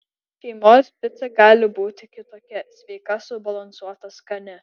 šeimos pica gali būti kitokia sveika subalansuota skani